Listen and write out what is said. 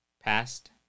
past